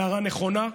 הערה נכונה,